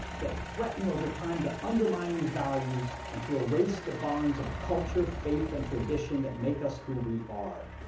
that threaten over time to undermine these values, and to erase the bonds of culture, faith, and tradition that make us who we are.